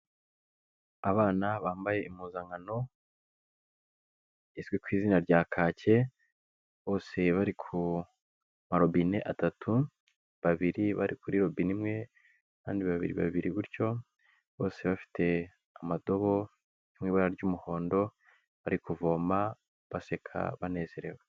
Abana bambaye impuzankano izwi ku izina rya kacye, bose bari ku marobine atatu, babiri bari kuri robine imwe, kandi babiri babiri batyo bose bafite amadobo ari mu ibara ry'umuhondo bari kuvoma baseka banezerewe.